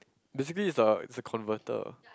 basically it's a it's a converter